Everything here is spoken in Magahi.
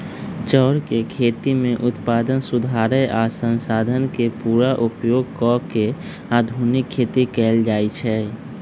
चौर के खेती में उत्पादन सुधारे आ संसाधन के पुरा उपयोग क के आधुनिक खेती कएल जाए छै